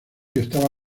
estaba